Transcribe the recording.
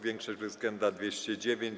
Większość bezwzględna - 209.